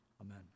Amen